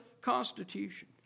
Constitution